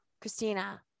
Christina